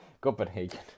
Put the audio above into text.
Copenhagen